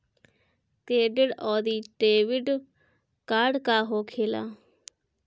Credit आउरी debit card का होखेला?